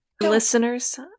Listeners